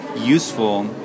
useful